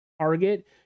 target